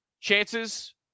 chances